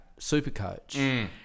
Supercoach